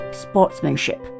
sportsmanship